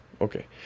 okay